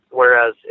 whereas